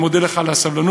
ואני מודה לך על הסבלנות,